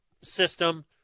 system